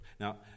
Now